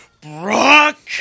Brock